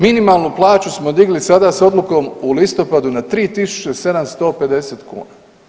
Minimalnu plaću smo digli sada s odlukom u listopadu na 3750 kuna.